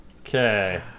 Okay